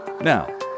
Now